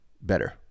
better